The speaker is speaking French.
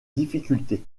difficulté